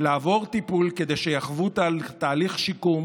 ולעבור טיפול כדי שיחוו תהליך שיקום